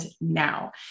now